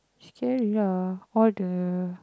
scary lah all the